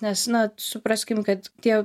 nes na supraskim kad tie